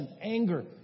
anger